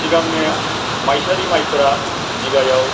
सिगांनि माइसालि माइफोरा बिगायाव